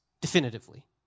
definitively